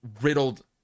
riddled